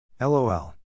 LOL